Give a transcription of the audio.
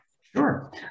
Sure